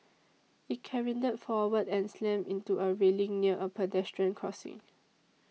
it careened forward and slammed into a railing near a pedestrian crossing